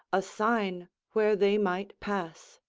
a sign where they might pass.